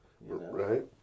Right